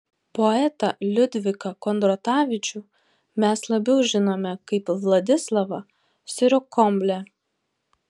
poetą liudviką kondratavičių mes labiau žinome kaip vladislavą sirokomlę